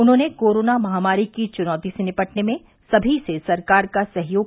उन्होंने कोरोना महामारी की चुनौती से निपटने में सभी से सरकार का सहयोग